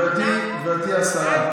אני דקה וחצי נשאר,